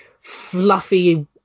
fluffy